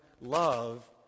love